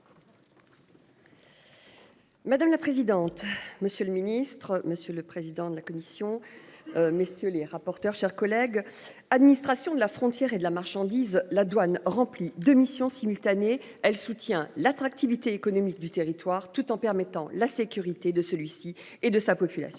Madame la présidente. Monsieur le ministre, monsieur le président de la commission. Messieurs les rapporteurs chers collègues administration de la frontière et de la marchandise, la douane rempli de missions simultanées elle soutient l'attractivité économique du territoire tout en permettant la sécurité de celui-ci et de sa population.